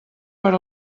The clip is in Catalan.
per